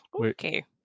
Okay